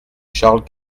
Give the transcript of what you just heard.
charles